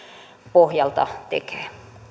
pohjalta tekee